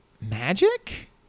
Magic